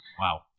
Wow